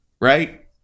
right